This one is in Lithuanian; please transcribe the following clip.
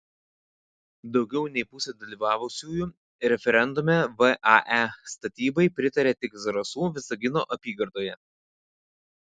daugiau nei pusė dalyvavusiųjų referendume vae statybai pritarė tik zarasų visagino apygardoje